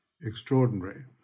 extraordinary